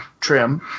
trim